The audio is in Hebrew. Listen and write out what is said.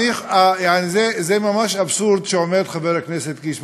זה ממש אבסורד שעומד חבר הכנסת קיש,